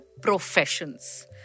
professions